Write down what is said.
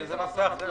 זה נושא אחר.